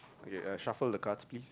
okay uh shuffle the cards please